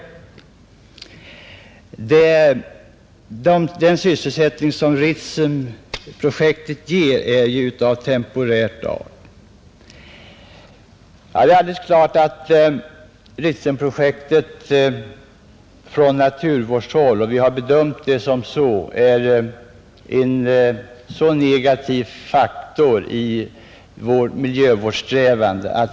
Den sysselsättning som Ritsemprojektet ger är ju av temporär natur, Det är alldeles klart att Ritsemprojektet ur naturvårdssynpunkt — och vi har bedömt det ur den synpunkten — är en mycket negativ faktor i våra miljövårdssträvanden.